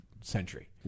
Century